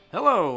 Hello